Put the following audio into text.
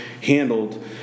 handled